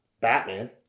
Batman